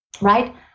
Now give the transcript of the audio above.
Right